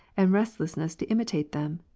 and restlessness to imitate them!